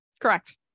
Correct